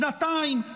שנתיים?